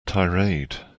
tirade